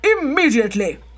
immediately